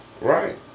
Right